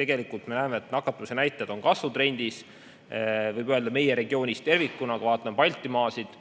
Tegelikult me näeme, et nakatumise näitajad on kasvutrendis meie regioonis tervikuna, kui vaatame Baltimaid.